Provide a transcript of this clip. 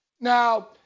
Now